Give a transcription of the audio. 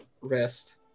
rest